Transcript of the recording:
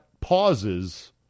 Pauses